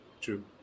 True